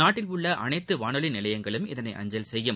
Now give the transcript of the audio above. நாட்டில் உள்ள அனைத்து வானொலி நிலையங்களும் இதனை அஞசல் செய்யும்